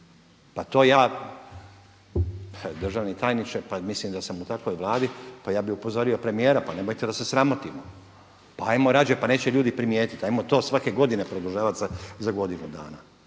pa to ja državni tajniče, pa mislim da sam u takvoj Vladi pa ja bi upozorio premijera pa nemojte da se sramotimo. Pa ajmo rađe, pa neće ljudi primijetiti, pa ajmo to svake godine produžavati za godinu dana.